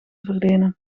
verlenen